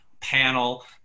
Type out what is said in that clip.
panel